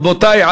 רבותי,